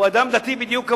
הוא אדם דתי בדיוק כמוך.